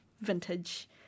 vintage